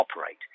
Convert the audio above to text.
operate